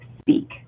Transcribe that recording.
speak